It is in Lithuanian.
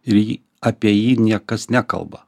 ir jį apie jį niekas nekalba